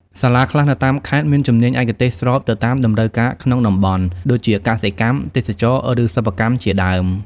សាលាខ្លះនៅតាមខេត្តមានជំនាញឯកទេសស្របទៅតាមតម្រូវការក្នុងតំបន់ ដូចជាកសិកម្ម ទេសចរណ៍ ឬសិប្បកម្មជាដើម។